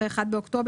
אחרי '1 באוקטובר',